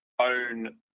own